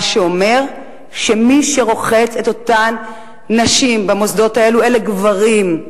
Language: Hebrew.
מה שאומר שמי שרוחץ את אותן נשים במוסדות האלה אלו גברים.